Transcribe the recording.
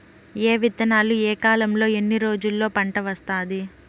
ఏ విత్తనాలు ఏ కాలంలో ఎన్ని రోజుల్లో పంట వస్తాది?